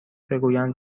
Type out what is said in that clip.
بگویند